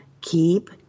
Keep